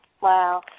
Wow